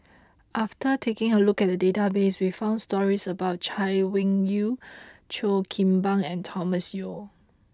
after taking a look at the database we found stories about Chay Weng Yew Cheo Kim Ban and Thomas Yeo